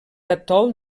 atol